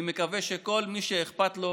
אני מקווה שכל מי שאכפת לו